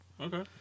Okay